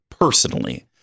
Personally